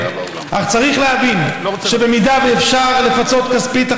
אך צריך להבין שבמידה שאפשר לפצות כספית את